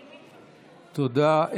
תודה.